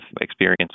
experience